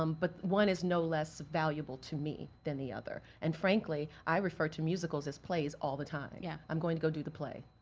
um but one is no less valuable, to me, than the other. and frankly, i refer to musicals as plays all the time. yeah. i'm going to go do the play.